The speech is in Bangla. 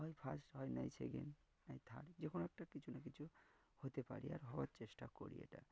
হয় ফার্স্ট হয় নাই সেকেন্ড নাই থার্ড যে কোনো একটা কিছু না কিছু হতে পারি আর হওয়ার চেষ্টা করি এটা